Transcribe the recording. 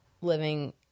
living